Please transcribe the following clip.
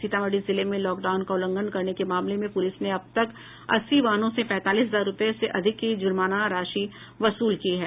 सीतामढ़ी जिले में लॉकडाउन का उल्लंघन करने के मामले में पुलिस ने अब तक अस्सी वाहनों से पैंतालीस हजार रूपये से अधिक की जुर्माना राशि वसूल की है